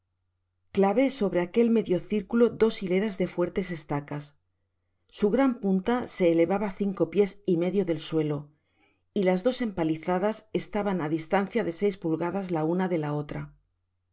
clavé sobre aquel medio circulo dos hileras de fuertes estacas su gran punta se elevaba cinco pies y medio del suelo y las dos empalizadas estaban á distancia de seis pulgadas la una de la otra en